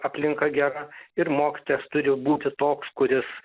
aplinka gera ir mokytojas turi būti toks kuris